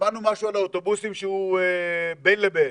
שמענו משהו על האוטובוסים שהוא בין לבין.